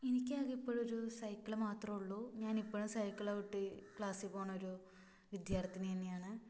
എനിക്കാകെ ഇപ്പോഴൊരു സൈക്കിള് മാത്രമേയുള്ളൂ ഞാനിപ്പോഴും സൈക്കിള് ചവിട്ടി ക്ലാസ്സില് പോകുന്നൊരു വിദ്യാര്ത്ഥിനി തന്നെയാണ്